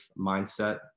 mindset